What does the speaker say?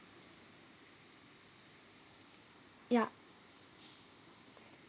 yup